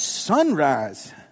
sunrise